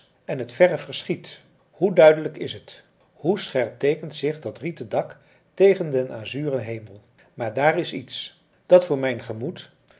en het verre verschiet hoe duidelijk is het hoe scherp teekent zich dat rieten dak tegen den azuren hemel maar daar is iets dat voor mijn gemoed